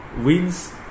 wins